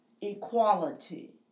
equality